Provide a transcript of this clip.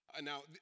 Now